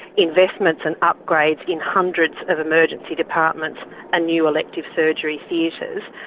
investments and upgrades in hundreds of emergency departments and new elective surgery theatres.